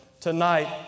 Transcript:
tonight